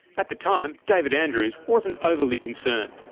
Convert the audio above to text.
at the time, david andrews wasn't overly concerned.